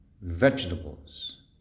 vegetables